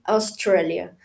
Australia